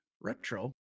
Retro